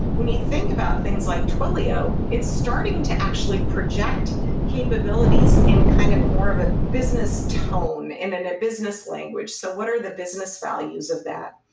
when you think about things like twilio, it's starting to actually project capabilities in kind of more of a business tone and in a business language. so what are the business values of that?